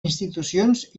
institucions